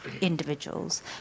individuals